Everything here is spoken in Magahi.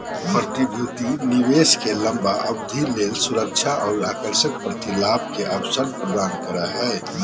प्रतिभूति निवेश के लंबा अवधि ले सुरक्षा और आकर्षक प्रतिलाभ के अवसर प्रदान करो हइ